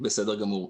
דבר ראשון,